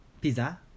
pizza